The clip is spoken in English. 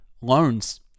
Loans